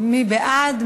מי בעד?